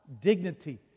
dignity